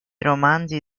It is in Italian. romanzi